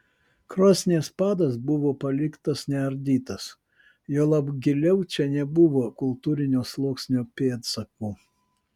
krosnies padas buvo paliktas neardytas juolab giliau čia nebuvo kultūrinio sluoksnio pėdsakų